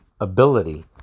ability